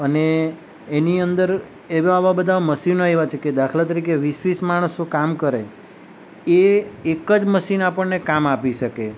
અને એની અંદર એવા એવા બધા મશીનો આવ્યા છે કે દાખલા તરીકે વીસ વીસ માણસો કામ કરે એ એક જ મશીન આપણને કામ આપી શકે